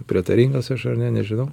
prietaringas aš ar ne nežinau